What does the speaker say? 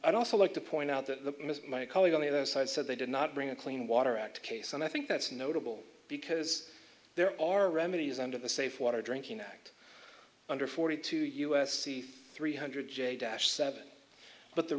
i'd also like to point out that ms my colleague on the other side said they did not bring a clean water act case and i think that's notable because there are remedies under the safe water drinking act under forty two u s c three hundred j dash seven but the